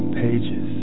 pages